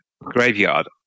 Graveyard